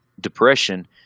depression